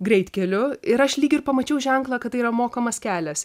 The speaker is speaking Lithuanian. greitkeliu ir aš lyg ir pamačiau ženklą kad tai yra mokamas kelias